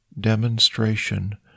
demonstration